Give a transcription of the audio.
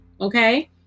okay